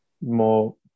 more